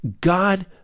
god